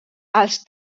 als